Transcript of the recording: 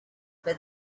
but